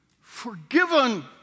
forgiven